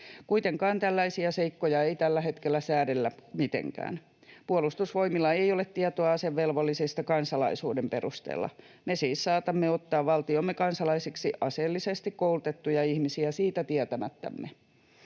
Kuitenkaan tällaisia seikkoja ei tällä hetkellä säädellä mitenkään. Puolustusvoimilla ei ole tietoa asevelvollisista kansalaisuuden perusteella. Me siis saatamme ottaa valtiomme kansalaisiksi aseellisesti koulutettuja ihmisiä siitä tietämättämme.